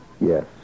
Yes